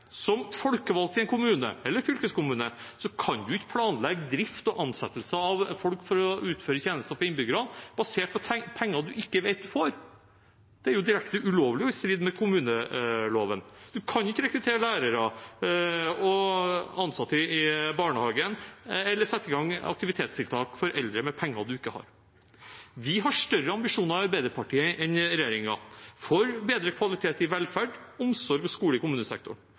Som folkevalgt i en kommune eller fylkeskommune kan man ikke planlegge drift og ansettelse av folk for å utføre tjenester til innbyggerne basert på penger man ikke vet om man får. Det er jo direkte ulovlig og i strid med kommuneloven. Man kan ikke rekruttere lærere og ansatte i barnehagen eller sette i gang aktivitetstiltak for eldre med penger man ikke har. Vi har større ambisjoner i Arbeiderpartiet enn regjeringen – for bedre kvalitet i velferd, omsorg og skole i kommunesektoren.